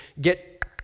get